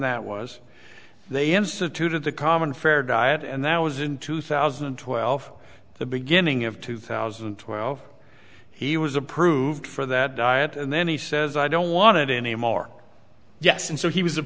that was they instituted the common fare diet and that was in two thousand and twelve the beginning of two thousand and twelve he was approved for that diet and then he says i don't want it anymore yes and so he was a